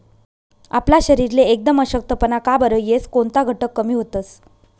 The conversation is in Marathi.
आपला शरीरले एकदम अशक्तपणा का बरं येस? कोनता घटक कमी व्हतंस?